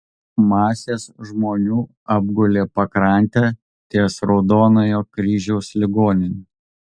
masės žmonių apgulę pakrantę ties raudonojo kryžiaus ligonine